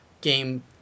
game